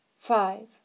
five